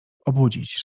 obudzić